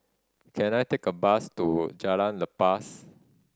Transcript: can I take a bus to Jalan Lepas